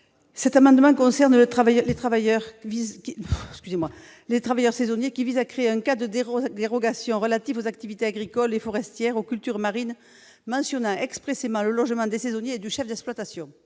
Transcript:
le logement des travailleurs saisonniers. Il vise à créer un cas de dérogation relatif aux activités agricoles ou forestières ou aux cultures marines mentionnant expressément le logement des saisonniers et du chef d'exploitation.